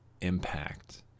impact